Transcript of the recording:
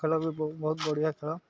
ଖେଳ ବି ବହୁ ବହୁତ ବଢ଼ିଆ ଖେଳ